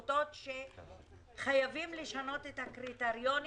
חייבים לשנות את הקריטריונים,